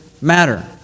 matter